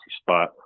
spot